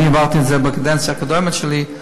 אני העברתי את זה בקדנציה הקודמת שלי,